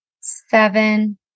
seven